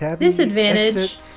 Disadvantage